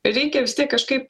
reikia kažkaip